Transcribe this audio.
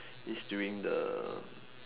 is during the